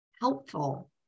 helpful